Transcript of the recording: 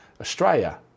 Australia